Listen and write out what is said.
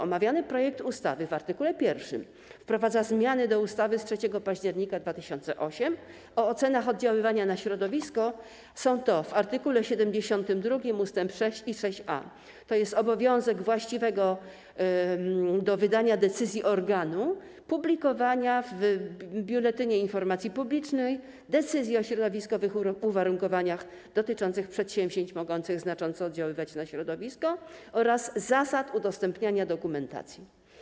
Omawiany projekt ustawy w art. 1 wprowadza zmiany do ustawy z dnia 3 października 2008 r. o ocenach oddziaływania na środowisko, są to w art. 72 ust. 6 i 6a, tj. obowiązek właściwego do wydania decyzji organu publikowania w Biuletynie Informacji Publicznej decyzji o środowiskowych uwarunkowaniach dotyczących przedsięwzięć mogących znacząco oddziaływać na środowisko oraz zasad udostępniania dokumentacji.